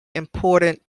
important